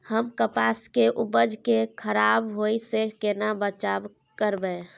हम कपास के उपज के खराब होय से केना बचाव करबै?